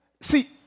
see